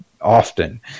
often